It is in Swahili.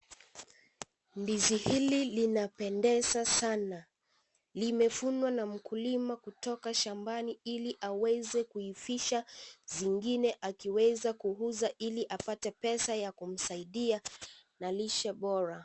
Ndizi hili linapendeza sana. Limevunwa na mkulima kutoka shambani ili aweze kuivisha zingine akiweza kuuza ili apate pesa ya kumsaidia na lishe bora.